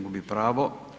Gubi pravo.